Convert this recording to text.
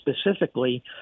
specifically